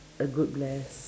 a good bless